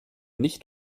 nicht